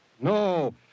No